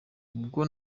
ubwo